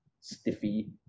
stiffy